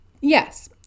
yes